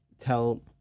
tell